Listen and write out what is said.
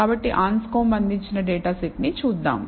కాబట్టి అన్స్కోంబ్ అందించిన డేటా సెట్ని చూద్దాం